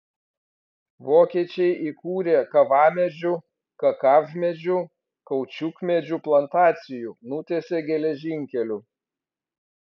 vokiečiai įkūrė kavamedžių kakavmedžių kaučiukmedžių plantacijų nutiesė geležinkelių